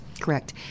correct